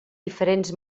diferents